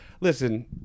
listen